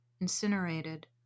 incinerated